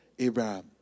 Abraham